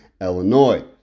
Illinois